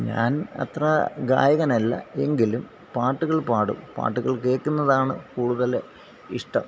ഞാൻ അത്ര ഗായകൻ അല്ല എങ്കിലും പാട്ടുകൾ പാടും പാട്ടുകൾ കേൾക്കുന്നതാണ് കൂടുതൽ ഇഷ്ട്ടം